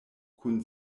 kun